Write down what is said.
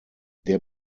der